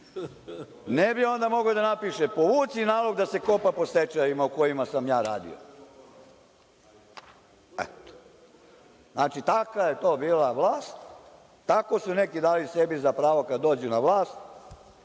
bi onda mogao da napiše – povuci nalog da se kopa po stečajevima o kojima sam ja radio. Eto, znači, takva je to bila vlast, tako su neki dali sebi za pravo kad dođu na vlast.